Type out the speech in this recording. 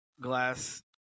glass